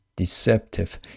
Deceptive